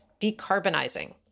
decarbonizing